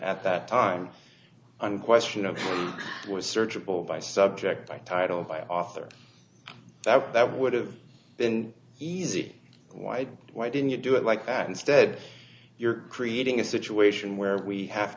at that time unquestionably was searchable by subject by title by author that that would have been easy why why didn't you do it like that instead you're creating a situation where we have